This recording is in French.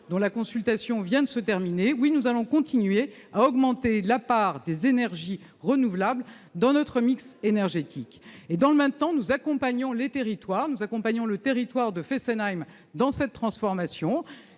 les consultations viennent de se terminer, oui, nous allons continuer à augmenter la part des énergies renouvelables dans notre mix énergétique. Dans le même temps, nous accompagnons les territoires, et particulièrement le territoire de Fessenheim, dans cette transformation.